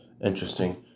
Interesting